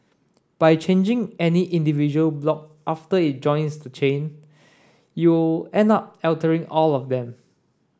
by changing any individual block after it joins the chain you'll end up altering all of them